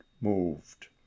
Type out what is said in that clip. moved